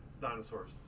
dinosaurs